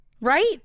Right